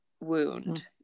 wound